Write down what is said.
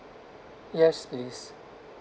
yes please